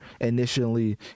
initially